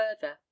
further